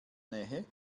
nähe